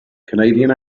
canadian